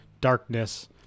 darkness